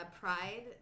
pride